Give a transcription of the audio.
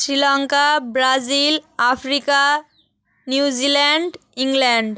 Sri Lanka Brazil Africa New Zealand England